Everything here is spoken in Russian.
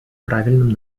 правильном